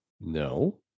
No